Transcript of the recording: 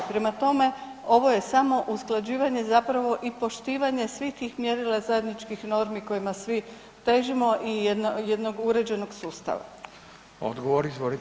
Prema tome, ovo je samo usklađivanje zapravo i poštivanje svih tih mjerila zajedničkih normi kojima svi težimo i jednog uređenog sustava.